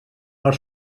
per